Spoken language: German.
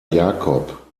jacob